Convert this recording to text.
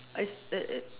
is it it